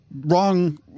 wrong